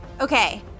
Okay